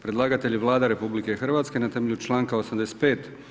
Predlagatelj je Vlada RH na temelju članka 85.